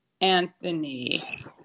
Anthony